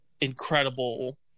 incredible